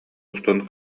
устун